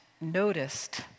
noticed